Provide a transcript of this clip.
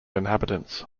inhabitants